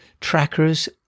trackers